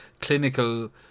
clinical